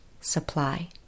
supply